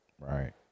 Right